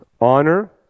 Honor